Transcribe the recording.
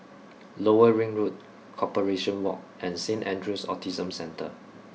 Lower Ring Road Corporation Walk and Saint Andrew's Autism Centre